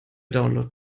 download